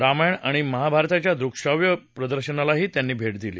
रामायण आणि महाभारताच्या दृकश्राव्य प्रदर्शनाला भेट दिली